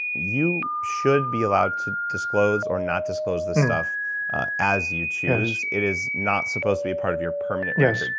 you should be allowed to disclose or not disclose this stuff as you choose it is not supposed to be part of your permanent yeah record,